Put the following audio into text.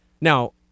Now